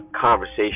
conversation